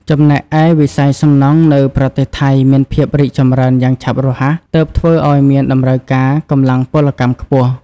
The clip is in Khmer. ចំណែកឯវិស័យសំណង់នៅប្រទេសថៃមានភាពរីកចម្រើនយ៉ាងឆាប់រហ័ស ទើបធ្វើឱ្យមានតម្រូវការកម្លាំងពលកម្មខ្ពស់។